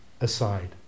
aside